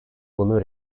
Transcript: bunu